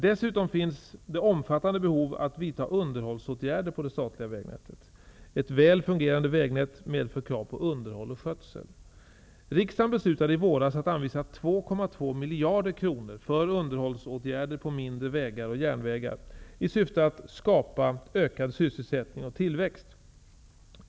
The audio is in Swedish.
Dessutom finns det omfattande behov av att vidta underhållsåtgärder på det statliga vägnätet. Ett väl fungerande vägnät medför krav på underhåll och skötsel. Riksdagen beslutade i våras att anvisa 2,2 miljarder kronor för underhållsåtgärder på mindre vägar och järnvägar i syfte att skapa ökad sysselsättning och tillväxt.